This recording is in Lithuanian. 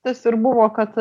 tas ir buvo kad